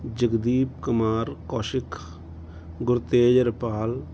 Jagdeep Kumar Kaushik Gurtej Harpal